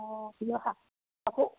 অঁ শিলৰ সাঁকো